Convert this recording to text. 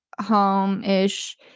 home-ish